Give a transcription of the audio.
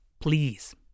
please